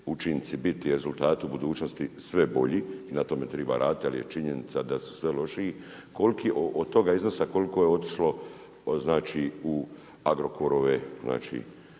učinci biti rezultati u budućnosti sve bolji i na tome triba raditi. Ali je činjenica da su sve lošiji. Koliki od toga iznosa koliko je otišlo znači u Agrokorove znači